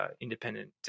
independent